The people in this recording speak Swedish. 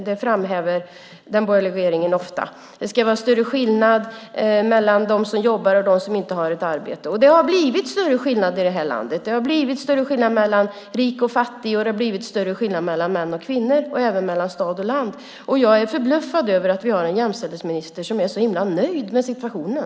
Det framhäver den borgerliga regeringen ofta. Det ska vara större skillnad mellan dem som jobbar och dem som inte har ett arbete. Det har blivit större skillnader i det här landet. Det har blivit större skillnader mellan rik och fattig, det har blivit större skillnader mellan män och kvinnor och även mellan stad och land. Jag är förbluffad över att vi har en jämställdhetsminister som är så himla nöjd med situationen.